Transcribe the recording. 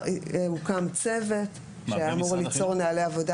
הוקדם צוות שהיה אמור ליצור נהלי עבודה